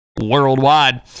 Worldwide